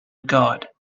god